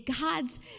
God's